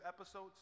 episodes